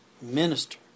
minister